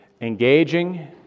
Engaging